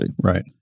Right